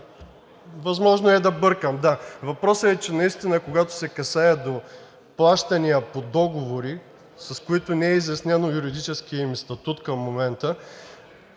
Възможно е да бъркам, да. Въпросът е, че наистина когато се касае за плащания по договори, по които не е изяснен юридическият им статут към момента